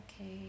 okay